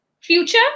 Future